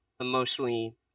emotionally